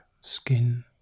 skin